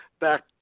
back